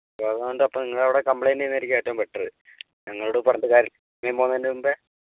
അപ്പം അതുകൊണ്ട് അപ്പം നിങ്ങളവിടെ കംപ്ലൈൻറ്റ് ചെയ്യുന്നതായിരിക്കും ഏറ്റവും ബെറ്ററ് ഞങ്ങളോട് പറഞ്ഞിട്ട് കാര്യം ഇല്ല പറയാൻ പോവുന്നതിൻ്റെ മുമ്പേ